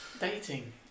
dating